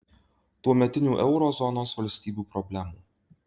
tuometinių euro zonos valstybių problemų